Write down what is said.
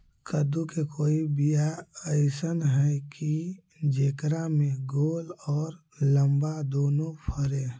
कददु के कोइ बियाह अइसन है कि जेकरा में गोल औ लमबा दोनो फरे?